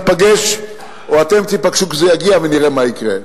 ניפגש, או אתם תיפגשו, כשזה יגיע, ונראה מה יקרה.